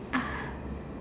ah